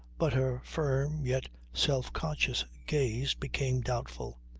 but her firm yet self-conscious gaze became doubtful.